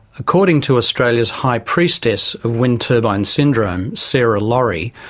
according to australia's high priestess of wind turbine syndrome, sarah laurie,